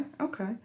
Okay